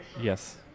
Yes